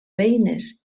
beines